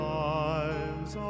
lives